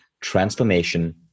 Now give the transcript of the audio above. transformation